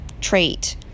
trait